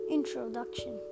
Introduction